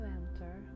enter